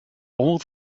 all